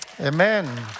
Amen